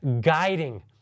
guiding